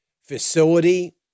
facility